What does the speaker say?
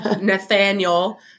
Nathaniel